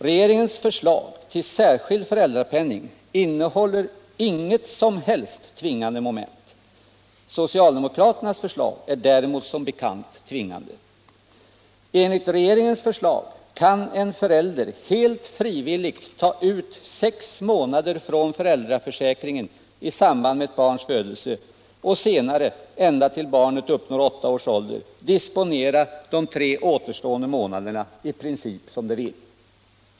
Regeringens förslag till särskild föräldrapenning innehåller inget som helst tvingande moment. Socialdemokraternas förslag är däremot som bekant tvingande. Enligt regeringens förslag kan en förälder helt frivilligt ta ut sex månader från föräldraförsäkringen i samband med ett barns födelse och senare ända tills barnet uppnått åtta års ålder disponera de tre återstående månaderna i princip som de vill.